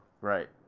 Right